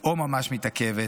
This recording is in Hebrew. או ממש מתעכבת,